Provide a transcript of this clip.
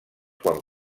quan